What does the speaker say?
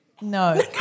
No